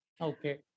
Okay